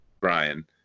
Brian